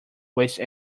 waste